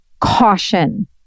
caution